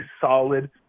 solid